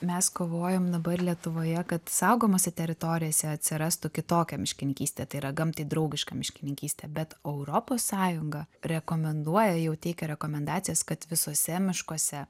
mes kovojam dabar lietuvoje kad saugomose teritorijose atsirastų kitokia miškininkystė tai yra gamtai draugiška miškininkystė bet europos sąjunga rekomenduoja jau teikia rekomendacijas kad visuose miškuose